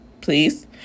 please